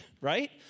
Right